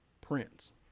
Prince